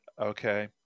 okay